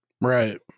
right